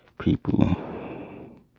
people